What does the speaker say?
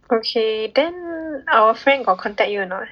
okay then our friend got contact you or not